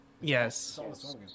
yes